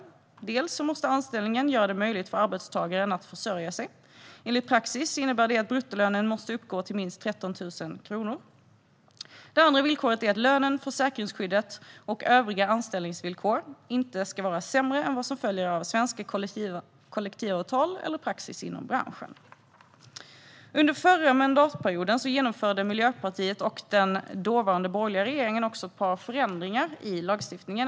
Först måste anställningen göra det möjligt för arbetstagaren att försörja sig. Enligt praxis innebär det att bruttolönen måste uppgå till minst 13 000 kronor. Det andra villkoret är att lönen, försäkringsskyddet och övriga anställningsvillkor inte ska vara sämre än vad som följer av svenska kollektivavtal eller praxis inom branschen. Under förra mandatperioden genomförde Miljöpartiet och den dåvarande borgerliga regeringen ett par förändringar i lagstiftningen.